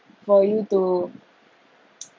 for you to